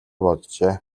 боджээ